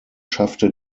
schaffte